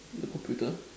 the computer